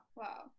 wow